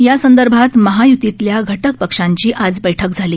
यासंदर्भात महाय्तीतल्या घटक पक्षांची आज बैठक झाली